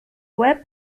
łeb